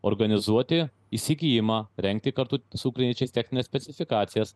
organizuoti įsigijimą rengti kartu su ukrainiečiais techninės specifikacijas